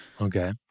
okay